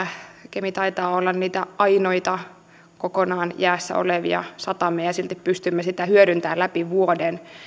kemi taitaa olla niitä ainoita kokonaan jäässä olevia satamia ja silti pystymme sitä hyödyntämään läpi vuoden